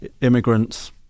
immigrants